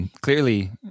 Clearly